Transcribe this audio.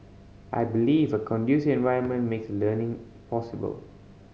I believe a conducive environment makes learning possible